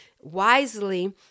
wisely